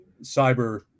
Cyber